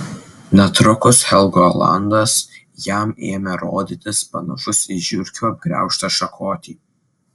netrukus helgolandas jam ėmė rodytis panašus į žiurkių apgraužtą šakotį